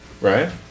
right